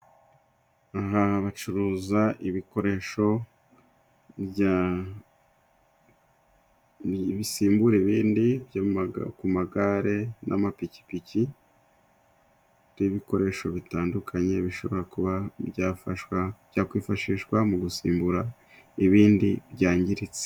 Aha bacuruza ibikoresho bisimbura ibindi ku magare n'amapikipiki, n'ibikoresho bitandukanye bishobora kuba byakwifashishwa mu gusimbura ibindi byangiritse.